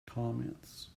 comments